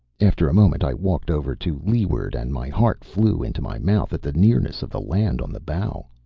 after a moment i walked over to leeward and my heart flew into my mouth at the nearness of the land on the bow.